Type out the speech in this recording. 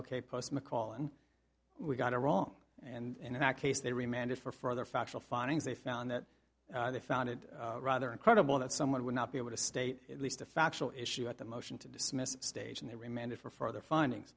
ok post mcallen we got it wrong and in that case they re mandate for further factual findings they found that they found it rather incredible that someone would not be able to state at least a factual issue at the motion to dismiss stage and they remanded for further findings